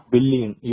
Billion